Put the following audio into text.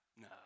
No